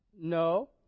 No